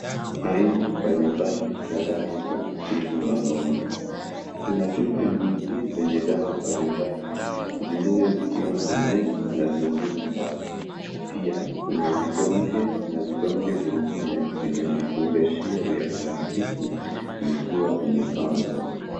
Aina mbalimbali za dawa za kutibu magonjwa. Kuna chupa nyingi zenye dawa mbalimbali huku zingine zikiwa na nembo na zingine wazi. Pia, kuna vidonge na vidonge vingine vyenye vifungashio vya plastiki, zikiwa zimepangwa.